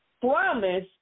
promise